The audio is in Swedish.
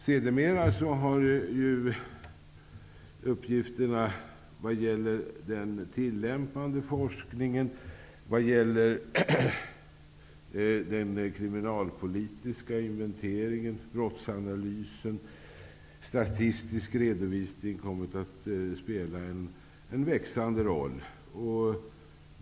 Sedermera har uppgifterna vad gäller den tillämpade forskningen, den kriminalpolitiska inventeringen, brottsanalysen och statistisk redovisning kommit att spela en växande roll.